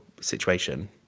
situation